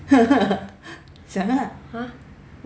想 ah